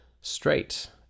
straight